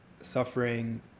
suffering